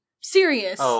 Serious